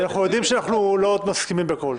אנחנו יודעים שאנחנו לא מסכימים על הכול.